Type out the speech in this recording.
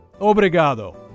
Obrigado